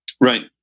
Right